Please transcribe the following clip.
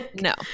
no